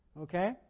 Okay